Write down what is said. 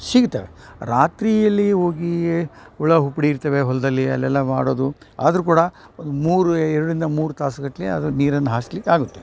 ಸಿಗ್ತವೆ ರಾತ್ರಿಯಲ್ಲಿ ಹೋಗಿ ಉಳ ಹುಪ್ಡಿ ಇರ್ತವೆ ಹೊಲದಲ್ಲಿ ಅಲ್ಲೆಲ್ಲ ಮಾಡೋದು ಆದರು ಕೂಡ ಒಂದು ಮೂರು ಎರಡರಿಂದ ಮೂರು ತಾಸುಗಟ್ಟಲೆ ಅದು ನೀರನ್ನ ಹಾಸ್ಲಿಕ್ಕೆ ಆಗುತ್ತೆ